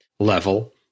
level